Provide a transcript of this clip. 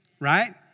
right